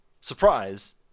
Surprise